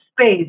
space